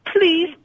please